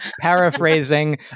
paraphrasing